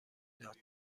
داد